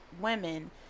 women